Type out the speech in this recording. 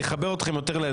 זה יחבר אתכם יותר לאזרחים,